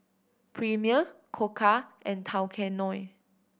Premier Koka and Tao Kae Noi